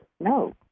No